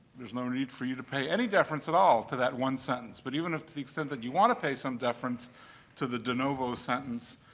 there's no need for you to pay any deference at all to that one sentence. but even to the extent that you want to pay some deference to the de novo sentence,